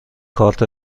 کارت